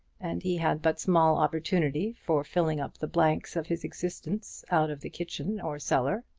and he had but small opportunity for filling up the blanks of his existence out of the kitchen or cellar.